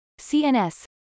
CNS